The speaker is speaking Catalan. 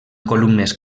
columnes